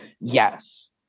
Yes